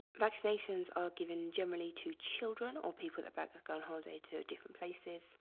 vaccinations are given generally to children or people that but gone holiday to different places.